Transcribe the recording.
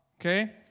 okay